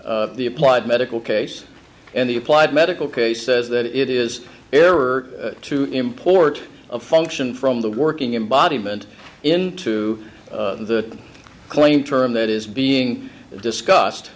the applied medical case and the applied medical case says that it is error to import function from the working in body movement into the claim term that is being discussed